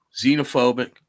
xenophobic